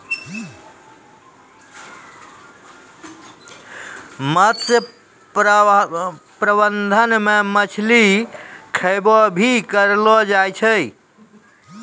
मत्स्य प्रबंधन मे मछली के खैबो भी करलो जाय